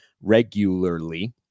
regularly